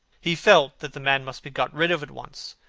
he felt that the man must be got rid of at once.